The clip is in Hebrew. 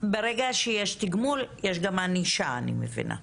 שיש תגמול, יש גם ענישה, אני מבינה.